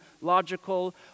logical